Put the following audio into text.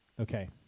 okay